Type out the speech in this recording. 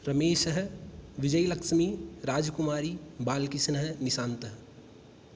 रमेशः विजयलक्ष्मीः राजकुमारी बालकृष्णः निशान्तः